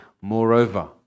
Moreover